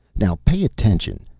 now! pay attention.